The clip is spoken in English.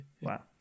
Wow